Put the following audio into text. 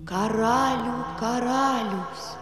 karalių karalius